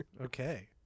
Okay